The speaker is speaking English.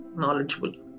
knowledgeable